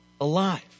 alive